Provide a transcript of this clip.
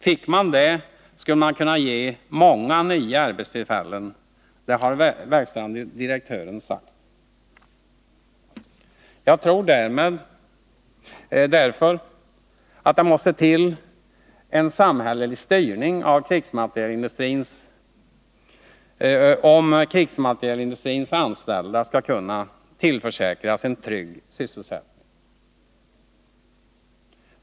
Fick man det, skulle man kunna ge många nya arbetstillfällen, har verkställande direktören sagt. Jag tror därför att det måste till en samhällelig styrning, om krigsmaterielindustrins anställda skall kunna tillförsäkras en trygg sysselsättning.